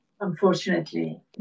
Unfortunately